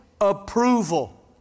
approval